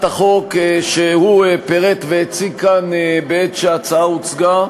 החוק שהוא פירט והציג כאן בעת שההצעה הוצגה,